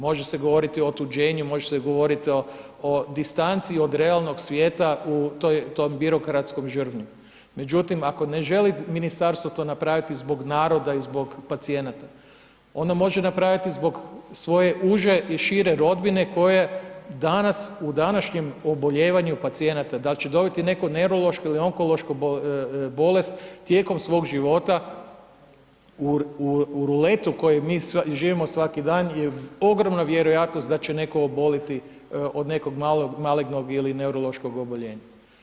Može se govoriti o otuđenju, može se govoriti o distanci od realnog svijeta u toj, tom birokratskom žrvnju, međutim, ako ne želite, Ministarstvo to napraviti zbog naroda i zbog pacijenata, onda može napraviti zbog svoje uže i šire rodbine koje danas u današnjem obolijevanju pacijenata, dal' će dobiti neko neurološko ili onkološko bolest tijekom svog života u ruletu koje mi živimo svaki dan je ogromna vjerojatnost da će netko oboliti od nekog malignog ili neurološkog oboljenja.